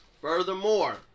Furthermore